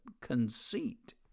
conceit